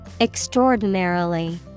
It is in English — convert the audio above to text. Extraordinarily